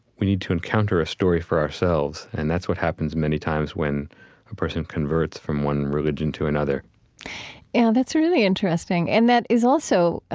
we need to encounter a story for ourselves, and that's what happens many times when a person converts from one religion to another yeah, that's really interesting, and that is also